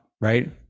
Right